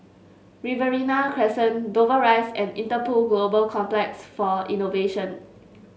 Riverina Crescent Dover Rise and Interpol Global Complex for Innovation